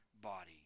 body